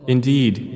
Indeed